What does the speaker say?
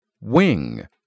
Wing